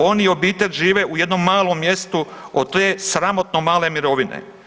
On i obitelj žive u jednom malom mjestu od te sramotno male mirovine.